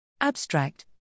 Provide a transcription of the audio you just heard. Abstract